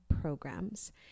programs